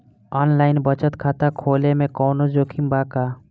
Online बचत खाता खोले में कवनो जोखिम बा का?